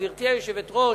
גברתי היושבת-ראש,